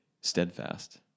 steadfast